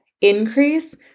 increase